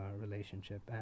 relationship